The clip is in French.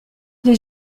les